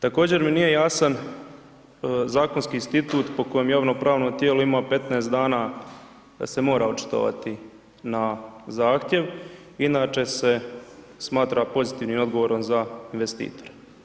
Također mi nije jasan zakonski institut po kojem javno-pravno tijelo ima 15 dana se mora očitovati na zahtjev, inače se smatra pozitivnim odgovorom za investitore.